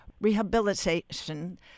rehabilitation